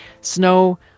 Snow